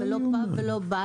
ולא פאב ולא בר